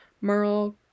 merle